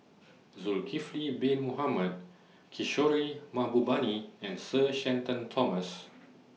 Zulkifli Bin Mohamed Kishore Mahbubani and Sir Shenton Thomas